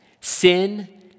Sin